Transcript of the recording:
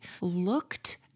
looked